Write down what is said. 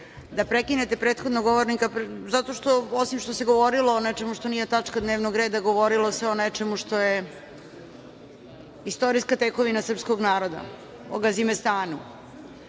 da prekinete prethodnog govornika zato što se, osim što se govorilo o nečemu što nije tačka dnevnog reda, govorilo o nečemu što je istorijska tekovina srpskog naroda, o Gazimestanu.